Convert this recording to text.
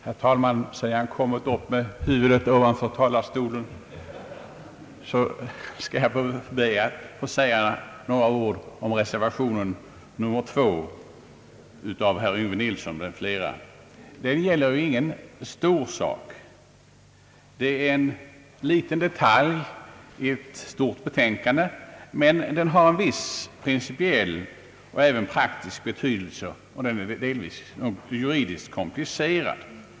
Herr talman! Sedan jag nu har kommit upp med huvudet ovanför talarstolen, skall jag be att få säga några ord om reservation nr 2 av herr Yngve Nilsson m.fl. Reservationen gäller ingen stor sak utan endast en liten detalj i ett stort betänkande. Den har dock en viss principiell och även praktisk betydelse och är delvis juridiskt komplicerad.